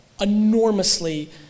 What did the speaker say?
enormously